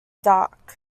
duck